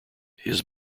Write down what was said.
his